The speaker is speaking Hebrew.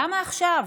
למה עכשיו?